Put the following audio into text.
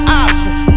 options